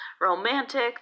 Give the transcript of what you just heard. romantic